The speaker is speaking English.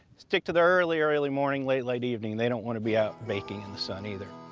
stick to the early, early morning, late late evening. they don't want to be out baking in the sun either.